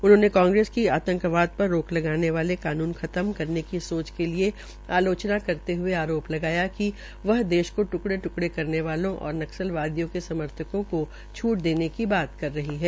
उन्होंने कांग्रेस की आंतकवाद पर रोक लगाने वाले कानून खत्म करने की सोच के लिये आलोचना करते हये आरोप लगाया कि वह देश के ट्कड़े ट्कड़े करने वालो और नक्सलवादियों के समर्थकों का छूट देने की बात कर रही है